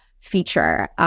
feature